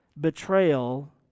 betrayal